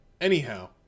Anyhow